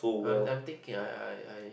I'm I'm thinking I I